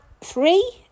Three